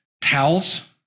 towels